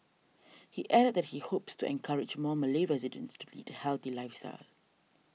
he added that he hopes to encourage more Malay residents to lead a healthy lifestyle